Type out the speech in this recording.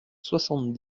soixante